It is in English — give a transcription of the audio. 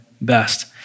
best